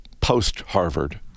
post-Harvard